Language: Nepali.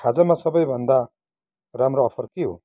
खाजामा सबैभन्दा राम्रो अफर के हो